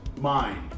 mind